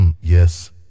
Yes